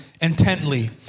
intently